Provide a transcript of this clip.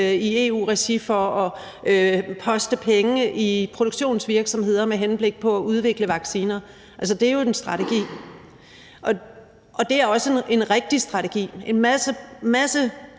i EU-regi for at poste penge i produktionsvirksomheder med henblik på at udvikle vacciner. Det var jo en strategi, og det var også en rigtig strategi – en masse